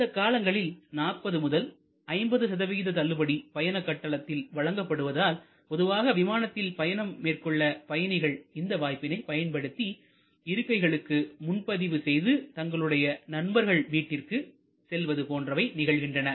இந்த காலங்களில் 40 முதல் 50 சதவீத தள்ளுபடி பயணக்கட்டணத்தில் வழங்கப்படுவதால் பொதுவாக விமானத்தில் பயணம் மேற்கொள்ள பயணிகள் இந்த வாய்ப்பினை பயன்படுத்தி இருக்கைகளுக்கு முன்பதிவு செய்து தங்களுடைய நண்பர்கள் வீட்டிற்கு செல்வது போன்றவை நிகழ்கின்றன